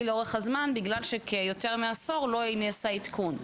לאורך הזמן בגלל שיותר מעשור לא נעשה עדכון.